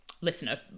listener